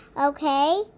Okay